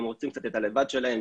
הם רוצים קצת את הלבד שלהם,